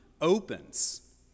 opens